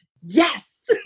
yes